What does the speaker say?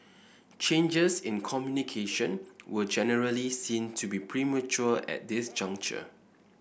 changes in communication were generally seen to be premature at this juncture